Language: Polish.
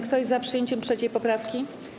Kto jest za przyjęciem 3. poprawki?